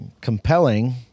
compelling